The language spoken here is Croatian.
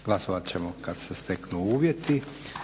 Glasovat ćemo kad se steknu uvjeti.